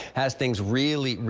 has things really,